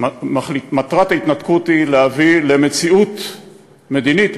מטרת ההתנתקות היא להביא למציאות מדינית,